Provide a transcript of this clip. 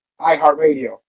iHeartRadio